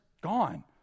gone